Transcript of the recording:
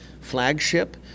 flagship